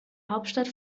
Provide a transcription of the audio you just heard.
hauptstadt